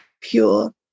pure